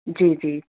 جی جی